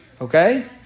Okay